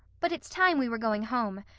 but it's time we were going home.